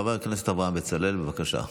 חבר הכנסת אברהם בצלאל, בבקשה.